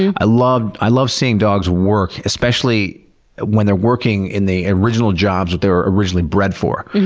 and i love i love seeing dogs work, especially when they're working in the original jobs that they were originally bred for.